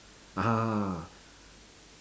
ah